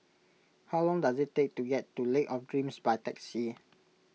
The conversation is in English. how long does it take to get to Lake of Dreams by taxi